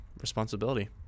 responsibility